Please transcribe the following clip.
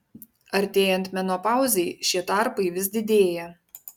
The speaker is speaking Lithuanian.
artėjant menopauzei šie tarpai vis didėja